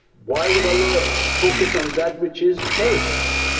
why would allah focus on that which is perishable?